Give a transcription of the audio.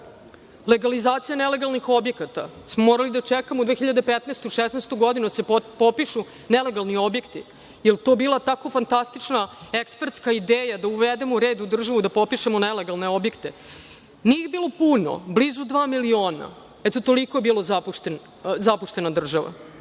itd. Legalizacije nelegalnih objekata, morali smo da čekamo 2015-2016. godinu da se popišu nelegalni objekti. Da li je to bila tako fantastična, ekspertska ideja da uvedemo red u državu, da popišemo nelegalne objekte? Nije ih bilo puno, blizu dva miliona. Eto toliko je bila zapuštena